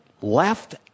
left